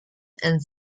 and